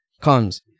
comes